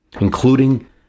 including